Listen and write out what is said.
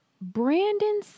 Brandon